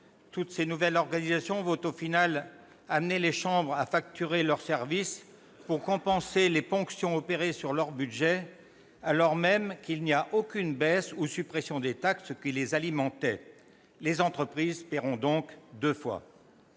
Toutes ces nouvelles organisations vont, finalement, amener les chambres à facturer leurs services pour compenser les ponctions opérées sur leurs budgets, alors même qu'il n'y a aucune baisse ni suppression des taxes qui les alimentaient. Les entreprises paieront donc deux fois